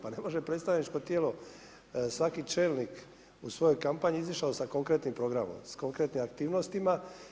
Pa ne može predstavničko tijelo svaki čelnik u svojoj kampanji izišao sa konkretnim programom, sa konkretnim aktivnostima.